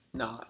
no